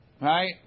right